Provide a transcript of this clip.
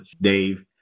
Dave